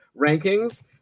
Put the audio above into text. rankings